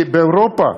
באירופה,